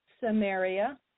samaria